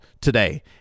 today